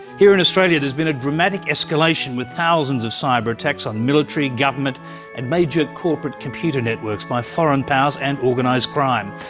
here in australia there has been a dramatic escalation with thousands of cyber attacks on military, government and major corporate computer networks by foreign powers and organised crime,